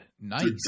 nice